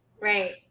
Right